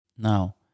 Now